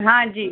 हाँ जी